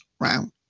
round